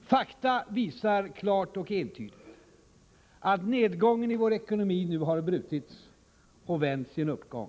Fakta visar klart och entydigt att nedgången i vår ekonomi nu har brutits och vänts i en uppgång.